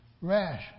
rash